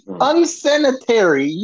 unsanitary